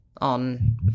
on